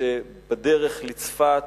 בדרך לצפת,